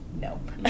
Nope